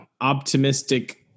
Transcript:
optimistic